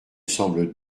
semble